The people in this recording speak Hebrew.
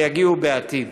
שיגיעו בעתיד.